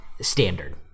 standard